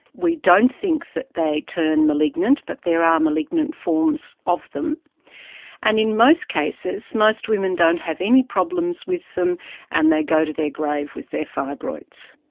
we don't think that they turn malignant but there are malignant forms of them and in most cases most women don't have any problems with them and they go to their grave with their fibroids.